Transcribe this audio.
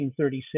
1936